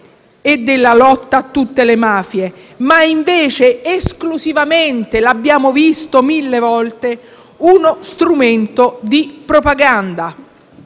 e alla lotta a tutte le mafie, ma esclusivamente, come abbiamo visto mille volte, uno strumento di propaganda